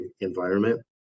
environment